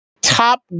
Top